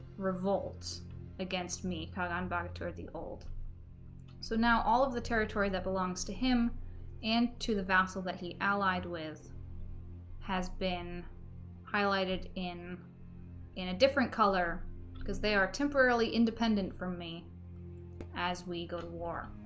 revolt against me cog on baguette toward the old so now all of the territory that belongs to him and to the vassal that he allied with has been highlighted in in a different color because they are temporarily independent from me as we go to war